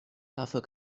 dafür